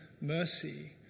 mercy